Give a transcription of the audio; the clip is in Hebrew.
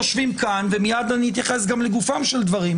מיד אני אתייחס גם לגופם של דברים,